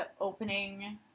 opening